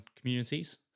communities